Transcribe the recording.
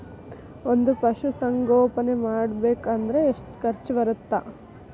ಒಂದ್ ಪಶುಸಂಗೋಪನೆ ಮಾಡ್ಬೇಕ್ ಅಂದ್ರ ಎಷ್ಟ ಖರ್ಚ್ ಬರತ್ತ?